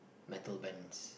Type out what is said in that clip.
metal bands